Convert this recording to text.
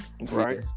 Right